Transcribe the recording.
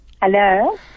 Hello